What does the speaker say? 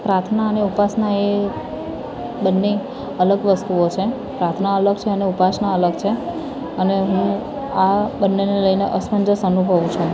પ્રાર્થના અને ઉપાસના એ બંને અલગ વસ્તુઓ છે પ્રાર્થના અલગ છે અને ઉપાસના અલગ છે અને હું આ બંનેને લઈને અસમંજસ અનુભવું છું